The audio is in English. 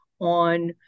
on